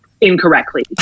incorrectly